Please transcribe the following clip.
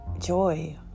joy